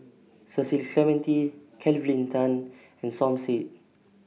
Cecil Clementi Kelvin Tan and Som Said